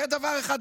זה דבר אחד,